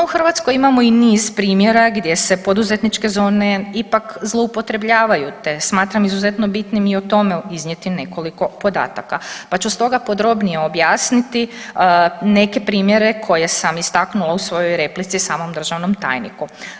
No, u Hrvatskoj imamo i niz primjera gdje se poduzetničke zone ipak zloupotrebljavaju te smatram izuzetno bitnim i o tome iznijeti nekoliko podataka pa ću stoga podrobnije objasniti neke primjere koje sam istaknula u svojoj replici samom državnom tajniku.